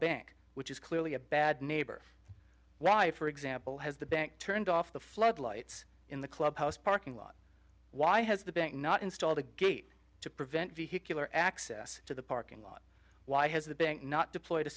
bank which is clearly a bad neighbor why for example has the bank turned off the floodlights in the clubhouse parking lot why has the bank not installed a gate to prevent vehicular access to the parking lot why has the bank not deployed a